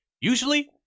usually